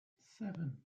seven